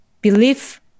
belief